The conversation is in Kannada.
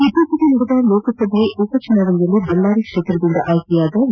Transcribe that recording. ಇತ್ತೀಚಿಗೆ ನಡೆದ ಲೋಕಸಭಾ ಉಪ ಚುನಾವಣೆಯಲ್ಲಿ ಬಳ್ಳಾರಿ ಕ್ಷೇತ್ರದಿಂದ ಆಯ್ಕೆಯಾದ ವಿ